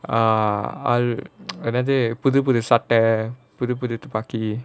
ah என்னது புது புது சட்ட புது புது துப்பாக்கி:ennathu puthu puthu satta puthu puthu thuppaakki